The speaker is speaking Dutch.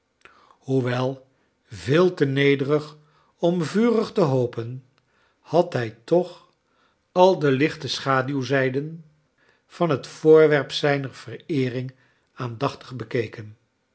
hoewel veel te nederig om vurig te hopen had hij toch al de lichten schaduwzijden van het voorwerp zijner vereering aandachtig bekeken